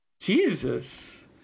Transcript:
Jesus